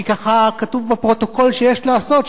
כי ככה כתוב בפרוטוקול שיש לעשות,